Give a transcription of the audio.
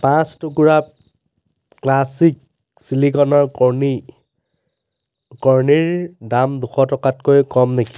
পাঁচ টুকুৰা ক্লাছিক ছিলিকনৰ কৰ্ণি কৰ্ণিৰ দাম দুশ টকাতকৈ কম নেকি